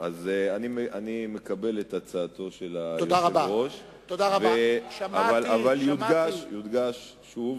אני מקבל את הצעתו של היושב-ראש, אבל יודגש שוב